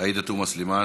איזה סוג נשק